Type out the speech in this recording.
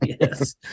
Yes